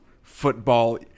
football